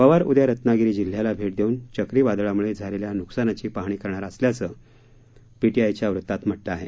पवार उद्या रत्नागिरी जिल्ह्याला भेट देऊन चक्रीवादळामुळे झालेल्या नुकसानाची पाहणी करणार असल्याचं पीटीआयच्या वृत्तात म्हटलं आहे